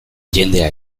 jendea